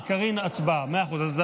42 בעד, שבעה מתנגדים ואין נמנעים.